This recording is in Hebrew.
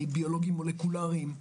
מביולוגים מולקולריים.